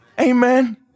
Amen